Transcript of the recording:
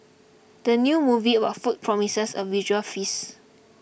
the new movie about food promises a visual feast